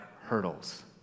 hurdles